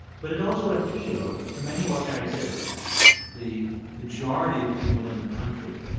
but it also appealed to many ordinary citizens the majority of people in the country,